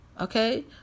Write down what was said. okay